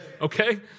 Okay